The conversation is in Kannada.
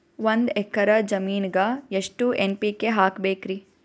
ಒಂದ್ ಎಕ್ಕರ ಜಮೀನಗ ಎಷ್ಟು ಎನ್.ಪಿ.ಕೆ ಹಾಕಬೇಕರಿ?